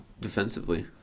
Defensively